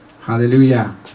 Hallelujah